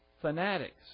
fanatics